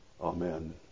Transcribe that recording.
Amen